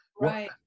right